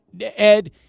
Ed